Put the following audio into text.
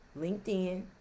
LinkedIn